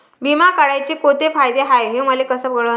बिमा काढाचे कोंते फायदे हाय मले कस कळन?